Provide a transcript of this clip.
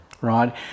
Right